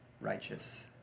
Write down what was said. righteous